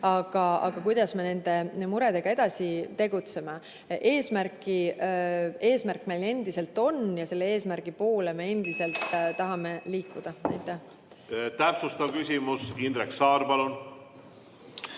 Aga kuidas me nende murede juures edasi tegutseme? Eesmärk on meil endine ja selle eesmärgi poole me endiselt tahame liikuda. Täpsustav küsimus, Indrek Saar, palun!